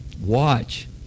watch